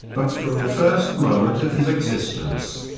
but from the first moment of his existence.